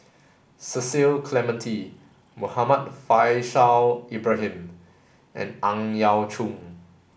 Cecil Clementi Muhammad Faishal Ibrahim and Ang Yau Choon